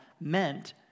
meant